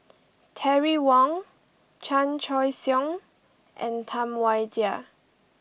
Terry Wong Chan Choy Siong and Tam Wai Jia